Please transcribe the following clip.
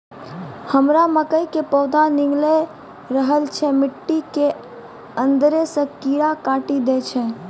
हमरा मकई के पौधा निकैल रहल छै मिट्टी के अंदरे से कीड़ा काटी दै छै?